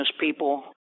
people